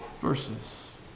verses